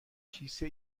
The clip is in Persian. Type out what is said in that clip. کیسه